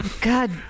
God